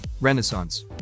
Renaissance